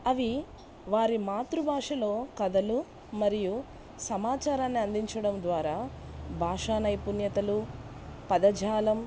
అవి వారి మాతృభాషలో కథలు మరియు సమాచారాన్ని అందించడం ద్వారా భాషా నైపుణ్యతలు పదజాలం